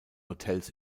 hotels